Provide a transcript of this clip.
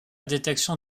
détection